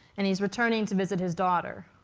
and he's returning to visit his daughter.